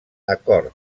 acord